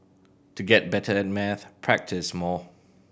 to get better at maths practise more